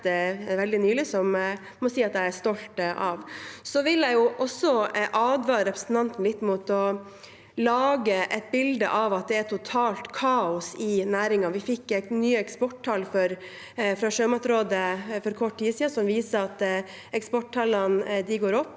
Så vil jeg advare representanten litt mot å lage et bilde av at det er totalt kaos i næringen, Vi fikk nye eksporttall fra Sjømatrådet for kort tid siden, som viser at eksporttallene går opp